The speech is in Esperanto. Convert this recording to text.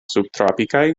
subtropikaj